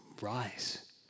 Rise